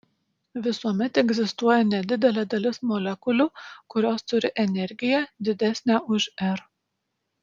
visuomet egzistuoja nedidelė dalis molekulių kurios turi energiją didesnę už r